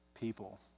people